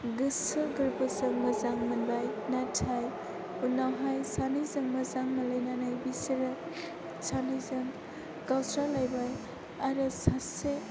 गोसो गोरबोजों मोजां मोनबाय नाथाय उनावहाय सानैजों मोजां मोनलायनानै बिसोरो सानैजों गावस्रालायबाय आरो सासे